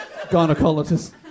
gynecologist